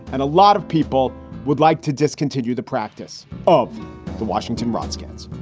and a lot of people would like to discontinue the practice of the washington redskins,